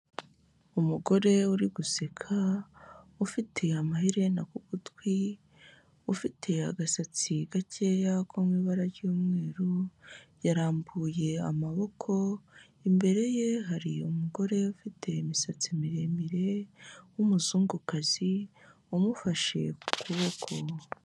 Umugore uri guseka ufite amaherena ku gutwi ufite agasatsi gakeya ko mw’ibara ry'umweru yarambuye amaboko imbere ye hari umugore ufite imisatsi miremire w’umuzungukazi umufashe ku kuboko.